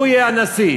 הוא יהיה הנשיא.